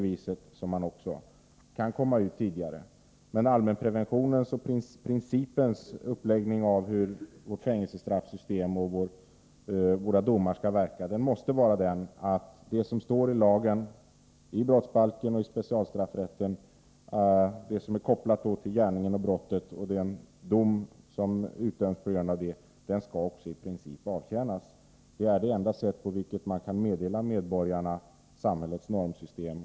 För allmänpreventionens skull måste principen vara den att den dom som har utdömts enligt lagen också skall avtjänas. Det är det enda sätt på vilket man kan meddela medborgarna samhällets normsystem.